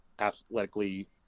athletically